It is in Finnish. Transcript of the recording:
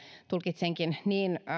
tulkitsenkin niin